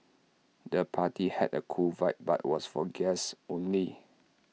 the party had A cool vibe but was for guests only